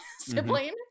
sibling